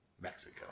Mexico